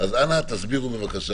אנא תסבירו בבקשה